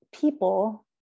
people